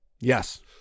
Yes